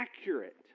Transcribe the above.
accurate